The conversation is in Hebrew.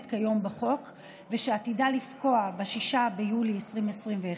כיום בחוק ושעתידה לפקוע ב-6 ביולי 2021,